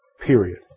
Period